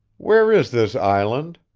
where is this island?